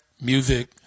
music